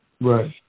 Right